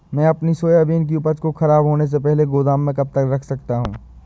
मैं अपनी सोयाबीन की उपज को ख़राब होने से पहले गोदाम में कब तक रख सकता हूँ?